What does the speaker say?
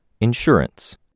Insurance